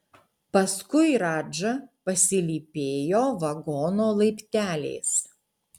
paskui radža pasilypėjo vagono laipteliais